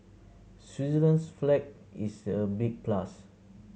Switzerland's flag is a big plus